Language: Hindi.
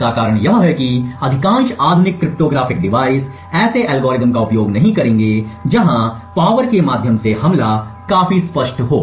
इसका कारण यह है कि अधिकांश आधुनिक क्रिप्टोग्राफिक डिवाइस ऐसे एल्गोरिदम का उपयोग नहीं करेंगे जहां पावर के माध्यम से हमला काफी स्पष्ट है